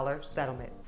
settlement